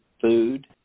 food